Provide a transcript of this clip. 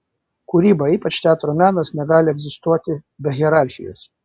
kūryba ypač teatro menas negali egzistuoti be hierarchijos